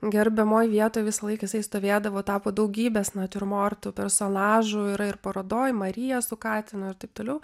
gerbiamoj vietoj visąlaik jisai stovėdavo tapo daugybės natiurmortų personažu yra ir parodoj marija su katinu ir taip toliau